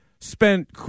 spent